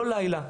לא לילה,